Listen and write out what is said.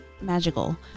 magical